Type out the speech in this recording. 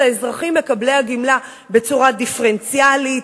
האזרחים מקבלי הגמלה בצורה דיפרנציאלית,